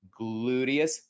Gluteus